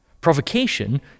Provocation